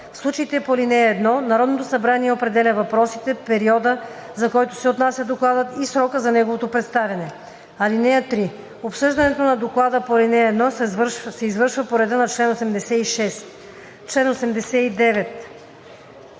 В случаите по ал. 1 Народното събрание определя въпросите, периода, за който се отнася докладът, и срока за неговото представяне. (3) Обсъждането на доклада по ал. 1 се извършва по реда на чл. 86.“